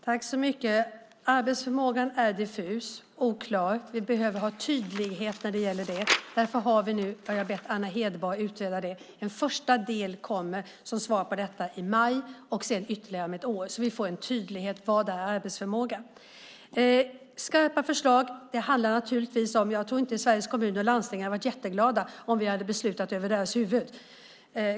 Herr talman! Arbetsförmågan är diffus och oklar. Vi behöver ha tydlighet där. Därför har jag bett Anna Hedborg att utreda det. En första del som svar på detta kommer i maj, och resten kommer om ytterligare ett år. Då kommer vi att få en tydlighet i vad arbetsförmåga är. Jag tror inte att Sveriges Kommuner och Landsting hade varit jätteglada om vi hade beslutat om skarpa förslag över deras huvuden.